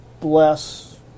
bless